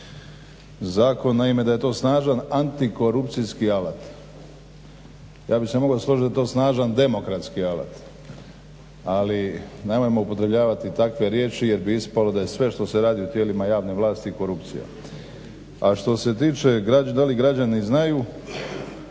za ovaj zakon, da je to snažan antikorupcijski alat. Ja bih se mogao složiti da je to snažan demokratski alat ali nemojmo upotrebljavati takve riječi jer bi ispalo da je sve što se radi u tijelima javne vlasti i korupcija. A što se tiče da li građani znaju?